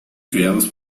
creados